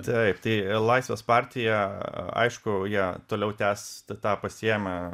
taip tai laisvės partija aišku ją toliau tęs tą tą pasiėmę